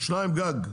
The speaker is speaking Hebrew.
שניים גג.